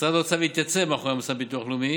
משרד האוצר התייצב מאחורי המוסד לביטוח לאומי